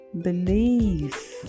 believe